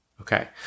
Okay